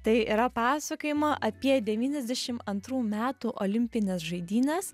tai yra pasakojimo apie devyniasdešim antrų metų olimpines žaidynes